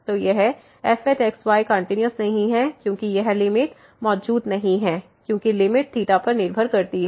तो यह fx y continuous नहीं है क्योंकि यह लिमिट मौजूद नहीं है क्योंकि लिमिट पर निर्भर करती है